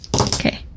Okay